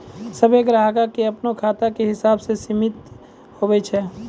सभ्भे ग्राहको के अपनो खाता के हिसाबो से सीमित हुवै छै